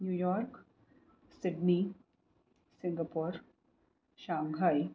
New York Sydney Singapore Shanghai